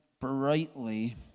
brightly